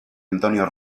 antonio